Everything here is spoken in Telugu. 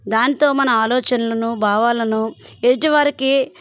దాంతో మన ఆలోచనలను భావాలను ఎదుటివారికి